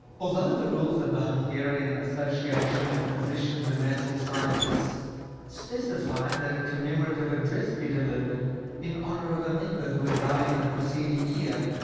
although the rules of the hungarian association of physicians and natural scientists specified that a commemorative address be delivered in honour of a member who had died in the preceding year,